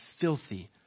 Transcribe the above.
filthy